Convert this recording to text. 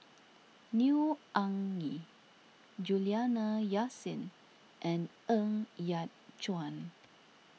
Neo Anngee Juliana Yasin and Ng Yat Chuan